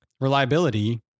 reliability